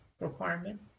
requirement